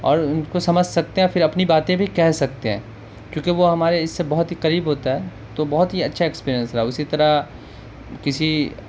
اور ان کو سمجھ سکتے ہیں پھر اپنی باتیں بھی کہہ سکتے ہیں کیونکہ وہ ہمارے اس سے بہت ہی قریب ہوتا ہے تو بہت ہی اچھا ایکسپیریئنس رہا اسی طرح کسی